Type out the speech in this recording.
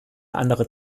andere